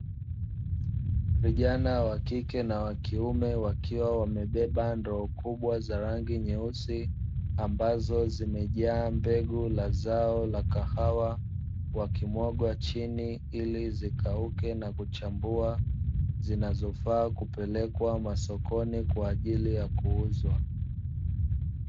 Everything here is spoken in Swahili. Vijana wa kike na wa kiume wakiwa wamebeba ndoo kubwa za rangi nyeusi, ambazo zimejaa mbegu la zao la kahawa, wakimwaga chini ili zikauke na kuchambua, zinazofaa kupelekwa masokoni kwa ajili ya kuuzwa.